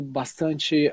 bastante